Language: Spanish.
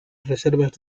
reservas